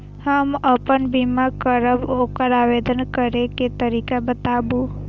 हम आपन बीमा करब ओकर आवेदन करै के तरीका बताबु?